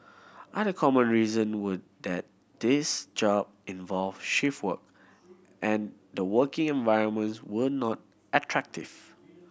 other common reason were that these job involved shift work and the working environments were not attractive